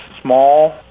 small